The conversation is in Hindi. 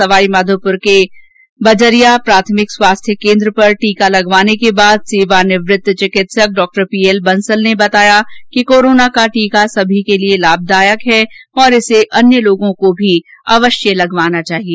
सवाईमाधोपुर के बजरिया प्राथमिक स्वास्थ्य केन्द्र पर टीका लगवाने के बाद सेवानिवृत चिकित्सक डॉक्टर पी एल बंसल ने बताया कि कोरोना का टीका सभी के लिए लाभदायक है और इसे अन्य लोगों को भी अवश्य लगवाना चाहिए